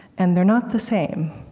and they're not the same.